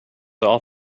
all